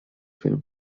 film